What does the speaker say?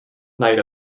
night